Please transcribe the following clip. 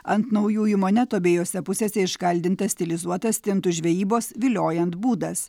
ant naujųjų monetų abiejose pusėse iškaldintas stilizuotas stintų žvejybos viliojant būdas